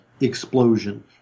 explosion